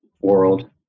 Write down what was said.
world